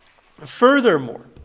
furthermore